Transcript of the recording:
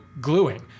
gluing